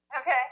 Okay